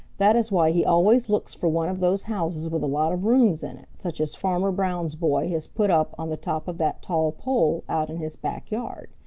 that is why he always looks for one of those houses with a lot of rooms in it, such as farmer brown's boy has put up on the top of that tall pole out in his back yard.